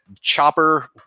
chopper